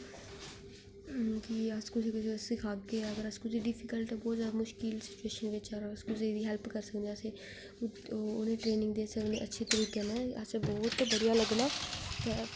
कि अस कुसै गी सिखागे अस कुसै गी डिफिकल्ट बहुत ज्यादा मुश्कल नशे च रौहंदा हैल्प करी सकने ट्रैनिंग करी सकने इस तरिके कन्नै असेंगी बहुत अच्छा लग्गना